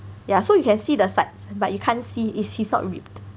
yeah so you can see the sides but you can't see is he's not ripped